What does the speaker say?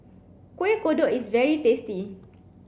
Kueh Kodok is very tasty